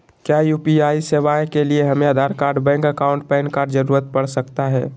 क्या यू.पी.आई सेवाएं के लिए हमें Aadhaar card bank account PAN card की जरूरत पड़ सकता है?